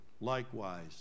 likewise